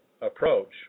approach